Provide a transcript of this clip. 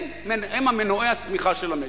הם מנועי הצמיחה של המשק.